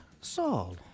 Saul